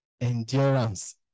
endurance